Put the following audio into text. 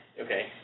Okay